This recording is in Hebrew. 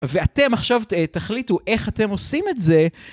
ואתם עכשיו תחליטו איך אתם עושים את זה.